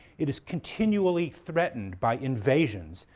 it is continually threatened by invasions,